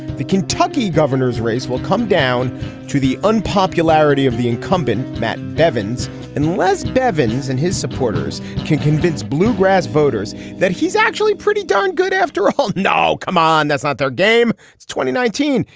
the kentucky governor's race will come down to the unpopularity of the incumbent matt bevin's unless bevin's and his supporters can convince bluegrass voters that he's actually pretty darn good after ah all oh come on. that's not their game. it's twenty nineteen.